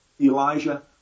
Elijah